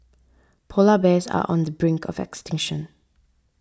Polar Bears are on the brink of extinction